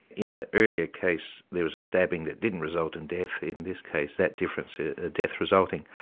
in the earlier case there was a stabbing that didn't result in death, in this case that difference, a death resulting.